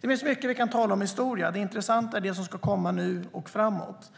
Det finns mycket vi kan tala om som är historia. Det intressanta är det som ska komma nu och framåt.